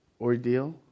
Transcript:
ordeal